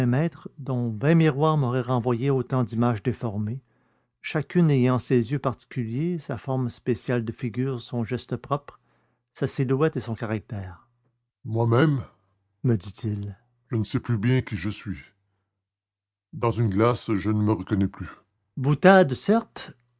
dont vingt miroirs m'auraient renvoyé autant d'images déformées chacune ayant ses yeux particuliers sa forme spéciale de figure son geste propre sa silhouette et son caractère moi-même me dit-il je ne sais plus bien qui je suis dans une glace je ne me reconnais plus boutade certes